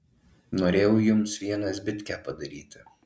norėjau jums visiems zbitkę padaryti